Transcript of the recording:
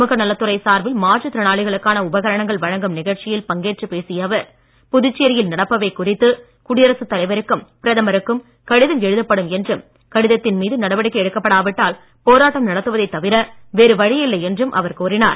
சமூக நலத்துறை சார்பில் மாற்றுத் திறனாகளுக்கான உபகரணங்கள் வழங்கும் நிகழ்ச்சியில் பங்கேற்று பேசிய அவர் புதுச்சேரியில் நடப்பவை குறித்து குடியரசுத் தலைவருக்கும் பிரதமருக்கும் கடிதம் எழுதப்படும் என்றும் கடிதத்தின் மீது நடவடிக்கை எடுக்கப்படா விட்டால் போராட்டம் நடத்துவதைத் தவிர வேறு வழியில்லை என்றும் அவர் கூறினார்